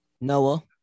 Noah